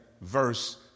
verse